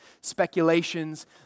speculations